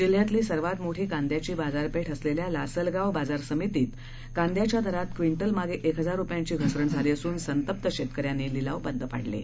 जिल्ह्यातली सर्वात मोठी कांद्याची बाजारपेठ असलेल्या लासलगाव बाजारसमितीत कांद्याच्या दरात क्विंटलमागे एक हजार रुपयांची घसरण झाली असून संतप्त शेतक यांनी लिलाव बंद पाडले आहेत